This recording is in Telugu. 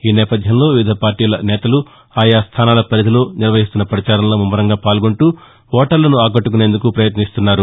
ఈ నేపథ్యంలో వివిధ పార్టీల నేతలు ఆయా స్థానాల పరిధిలో నిర్వహిస్తున్న ప్రచారంలో ముమ్మరంగా పాల్గొంటూ ఓటర్లను ఆకట్టుకునేందుకు పయత్నిస్తున్నారు